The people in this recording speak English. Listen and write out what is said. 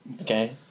Okay